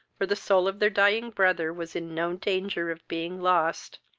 for the soul of their dying brother was in no danger of being lost,